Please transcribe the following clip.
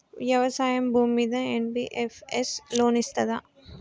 వ్యవసాయం భూమ్మీద NBFS loan ఇస్తదా?